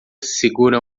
segura